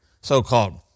so-called